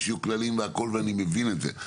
שיהיו כללים וכולי ואני מבין את זה,